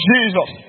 Jesus